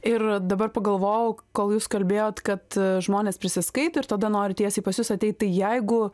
ir dabar pagalvojau kol jūs kalbėjot kad žmonės prisiskaito ir tada nori tiesiai pas jus ateit tai jeigu